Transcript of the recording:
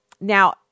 now